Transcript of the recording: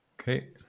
Okay